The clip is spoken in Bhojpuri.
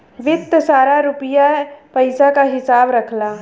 वित्त सारा रुपिया पइसा क हिसाब रखला